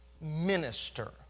minister